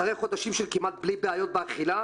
אחרי חודשים של כמעט בלי בעיות באכילה,